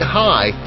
high